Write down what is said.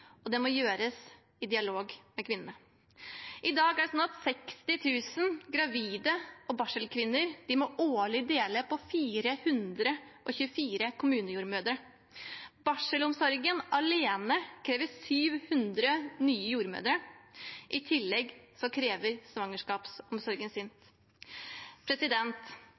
og det må gjøres i dialog med kvinnene. I dag må 60 000 gravide og barselkvinner årlig dele på 424 kommunejordmødre. Barselomsorgen alene krever 700 nye jordmødre – i tillegg krever svangerskapsomsorgen